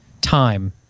time